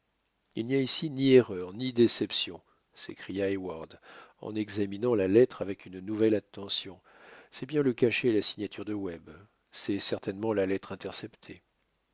il n'y a ici ni erreur ni déception s'écria heyward en examinant la lettre avec une nouvelle attention c'est bien le cachet et la signature de webb c'est certainement la lettre interceptée